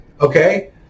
okay